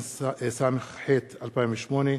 102),